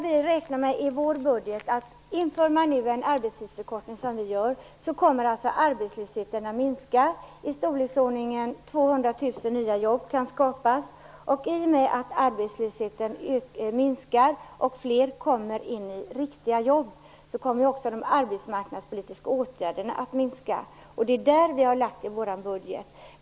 Vi har i vår budget räknat med att om man nu inför arbetstidsförkortning som vi gör så kommer arbetslösheten att minska, och i storleksordningen 200 000 nya jobb kan skapas. I och med att arbetslösheten minskar och fler kommer in i riktiga jobb kommer också de arbetsmarknadspolitiska åtgärderna att minska. Det är det vi har lagt in i vår budget.